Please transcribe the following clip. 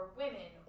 women